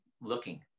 looking